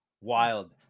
wild